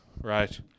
right